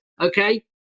okay